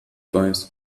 weiß